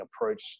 approach